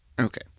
Okay